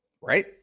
Right